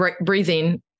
breathing